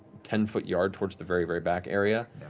ten-foot yard, towards the very very back area.